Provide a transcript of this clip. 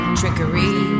trickery